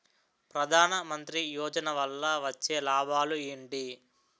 ప్రధాన మంత్రి యోజన వల్ల వచ్చే లాభాలు ఎంటి?